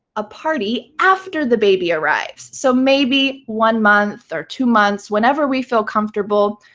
a party after the baby arrives. so maybe one month or two months, whenever we feel comfortable,